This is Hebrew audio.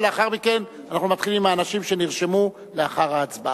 ולאחר מכן אנחנו מתחילים עם האנשים שנרשמו לאחר ההצבעה.